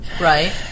Right